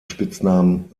spitznamen